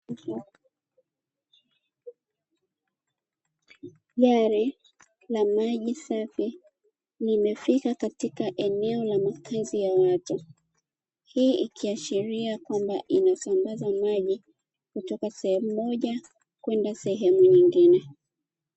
Gari la maji safi limefika katika eneo la makazi ya watu, hii ikiashiria kwamba inasambaza maji kutoka sehemu moja kwenda sehemu nyingine.